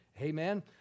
amen